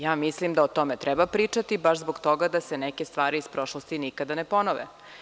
Ja mislim da o tome treba pričati, baš zbog toga da se neke stvari iz prošlosti nikada ne ponove.